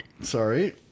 Sorry